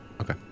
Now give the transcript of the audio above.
Okay